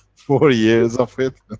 four years of it.